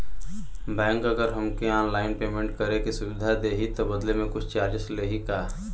Bank अगर हमके online payment करे के सुविधा देही त बदले में कुछ चार्जेस लेही का?